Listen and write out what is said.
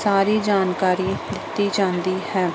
ਸਾਰੀ ਜਾਣਕਾਰੀ ਦਿੱਤੀ ਜਾਂਦੀ ਹੈ